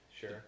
Sure